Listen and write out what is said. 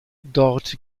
dort